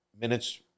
minutes